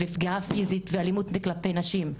ופגיעה פיזית ואלימות כלפי נשים.